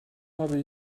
habe